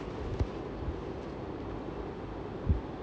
part two வேற பண்றாங்க இருக்குற:vera pandraanga irukkura hmm